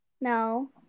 No